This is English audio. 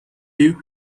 you